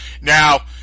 Now